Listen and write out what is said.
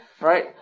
right